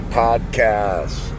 podcast